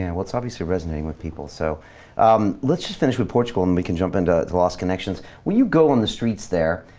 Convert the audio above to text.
and well, it's obviously resonating with people. so let's just finish with portugal and we can jump into the lost connections. when you go on the streets there,